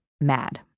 mad